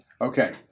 Okay